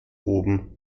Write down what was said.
oben